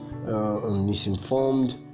Misinformed